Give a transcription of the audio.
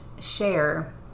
share